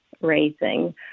raising